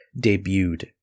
debuted